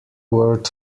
word